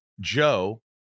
joe